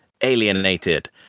alienated